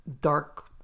dark